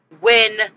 win